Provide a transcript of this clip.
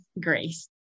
grace